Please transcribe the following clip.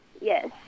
yes